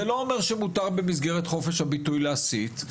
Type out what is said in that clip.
זה לא אומר שמותר במסגרת חופש הביטוי להסית,